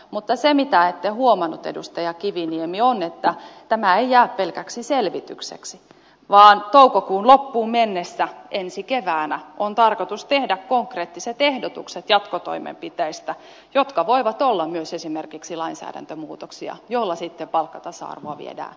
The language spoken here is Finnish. mutta se mitä ette huomannut edustaja kiviniemi on että tämä ei jää pelkäksi selvitykseksi vaan toukokuun loppuun mennessä ensi keväänä on tarkoitus tehdä konkreettiset ehdotukset jatkotoimenpiteistä jotka voivat olla myös esimerkiksi lainsäädäntömuutoksia joilla sitten palkkatasa arvoa viedään eteenpäin